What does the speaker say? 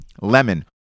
lemon